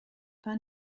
pas